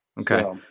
Okay